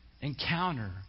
encounter